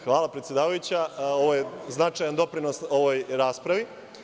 Hvala predsedavajuća, ovo je značajan doprinos ovoj raspravi.